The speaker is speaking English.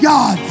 God